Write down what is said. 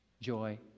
joy